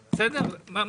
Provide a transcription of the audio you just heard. שנשאלו.